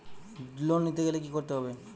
Loan নিতে গেলে কি করতে হবে?